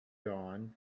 dawn